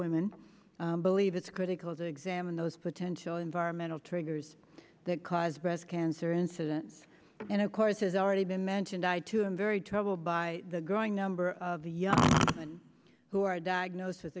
women believe it's critical to examine those potential environmental triggers that cause breast cancer incidence and of course has already been mentioned i too am very troubled by the growing number of the young women who are diagnos